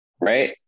right